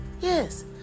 Yes